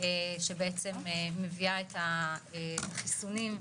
שמביאה את החיסונים,